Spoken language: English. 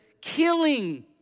killing